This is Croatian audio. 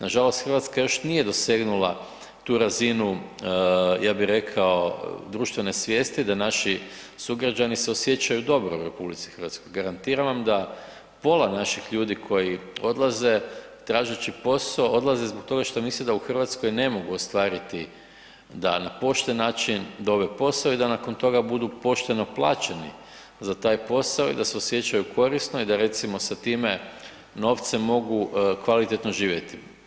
Nažalost Hrvatska još nije dosegnula tu razinu, ja bih rekao društvene svijesti da naši sugrađani se osjećaju dobro u RH. garantiram vam da pola naših ljudi koji odlaze tražeći posao, odlaze zbog toga što misle da u Hrvatskoj ne mogu ostvariti da na pošten način dobiju posao i da nakon toga budu pošteno plaćeni za taj posao, da se osjećaju korisno i da recimo sa tim novcem mogu kvalitetno živjeti.